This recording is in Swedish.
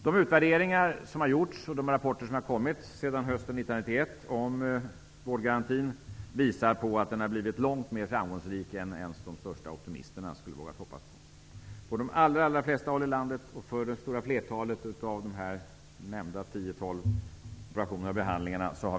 De utvärderingar som har gjorts och de rapporteringar som sedan hösten 1991 har kommit om vårdgarantin visar på att den har blivit långt mer framgångsrik än de största optimisterna ens skulle ha vågat hoppas på. På de allra flesta håll i landet har väntetiderna förkortats avsevärt för det stora flertalet av de här nämnda 10--12 operationerna och behandlingarna.